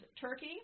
Turkey